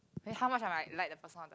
how much I might like that person or the